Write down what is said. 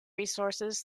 resources